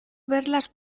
verlas